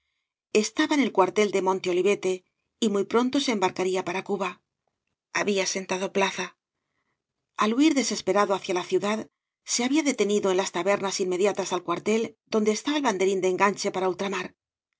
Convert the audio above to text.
estaba en el cuartel de monte olivete y muy pronto se embarcaría para cuba había sentado plaza al huir desesperado hacia la ciudad se había detenido en las tabernas inmediatas al cuartel donde estaba el banderín de eüganche para ultramar